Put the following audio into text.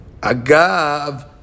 Agav